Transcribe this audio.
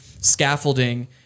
scaffolding